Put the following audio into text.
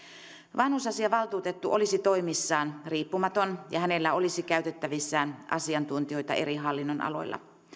vanhusasiavaltuutettu olisi toimissaan riippumaton ja hänellä olisi käytettävissään asiantuntijoita eri hallinnonaloilla